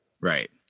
Right